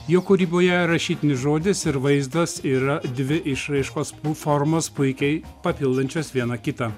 jo kūryboje rašytinis žodis ir vaizdas yra dvi išraiškos formos puikiai papildančios viena kitą